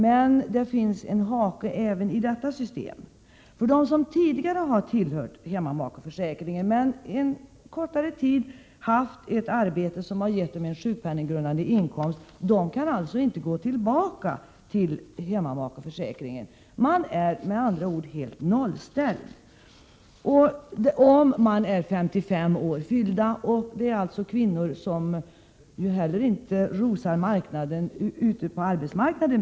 Men det finns en hake även i detta system. De som tidigare har tillhört hemmamakeförsäkringen men = Prot. 1987/88:115 under en kortare tid haft ett arbete som gett dem en sjukpenninggrundande 5 maj 1988 inkomst kan inte gå tillbaka till hemmamakeförsäkringen — de är med andra ord helt nollställda — om de har fyllt 55 år. Här handlar det också om kvinnor som inte precis rosar arbetsmarknaden.